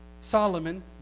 Solomon